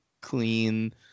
clean